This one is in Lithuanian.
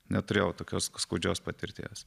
neturėjau tokios skaudžios patirties